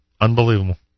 Unbelievable